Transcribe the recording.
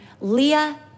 Leah